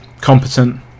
competent